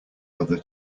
mother